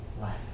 life